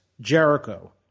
Jericho